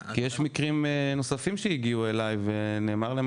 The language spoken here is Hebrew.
יש מקרים נוספים שהגיעו אליי ונאמר להם